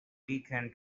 beacon